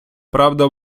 правда